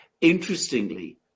Interestingly